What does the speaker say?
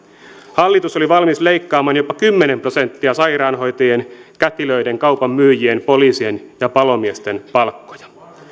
hallitus oli valmis leikkaamaan jopa kymmenen prosenttia sairaanhoitajien kätilöiden kaupan myyjien poliisien ja palomiesten palkkoja